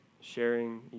sharing